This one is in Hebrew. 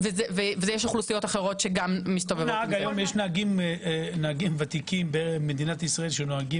יש נהגים ותיקים במדינת ישראל שנוהגים